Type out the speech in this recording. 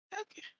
Okay